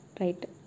Right